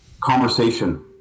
conversation